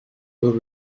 will